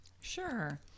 Sure